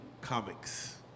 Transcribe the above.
comics